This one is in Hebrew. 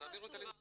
אז כבר תעשו את זה.